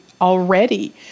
already